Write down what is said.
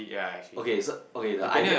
okay so okay the idea